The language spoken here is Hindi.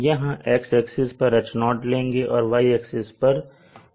यहां X एक्सिस पर H0 लेंगे और Y एक्सिस पर N लेंगे